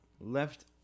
Left